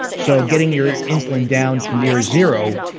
so getting your insulin down to near zero